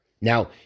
Now